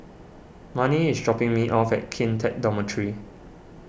Marni is dropping me off at Kian Teck Dormitory